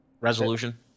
resolution